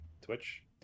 Twitch